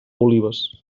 olives